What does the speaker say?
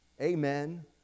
amen